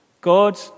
God